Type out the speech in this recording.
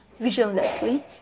visionlessly